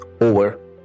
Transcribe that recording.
over